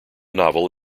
novel